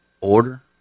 order